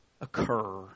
occur